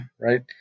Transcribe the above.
right